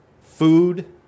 food